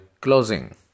closing